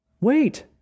Wait